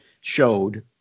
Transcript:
showed